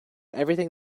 everything